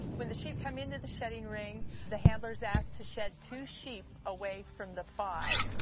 when the sheep come into the shedding ring the handler's asked to shed two sheep away from the five.